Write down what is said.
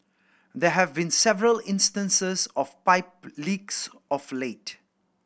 there have been several instances of pipe leaks of late